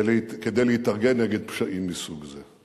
כדי להתאגד נגד פשעים מסוג זה,